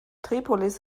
tripolis